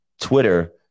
Twitter